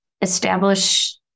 Establish